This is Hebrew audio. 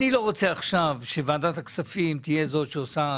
אני לא רוצה עכשיו שוועדת הכספים תהיה זאת שעושה